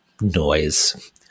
noise